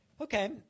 Okay